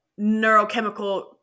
neurochemical